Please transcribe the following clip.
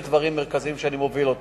אלה דברים מרכזיים שאני מוביל.